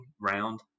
round